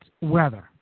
weather